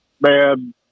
Man